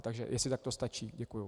Tak jestli takto stačí, děkuji.